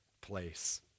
place